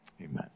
Amen